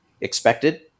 expected